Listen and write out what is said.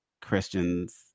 Christians